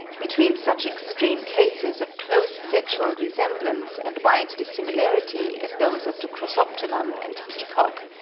between such extreme cases of close sexual resemblance and wide dissimilarity, as those of the crossoptilon and peacock,